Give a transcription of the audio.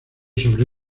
sobre